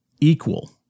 equal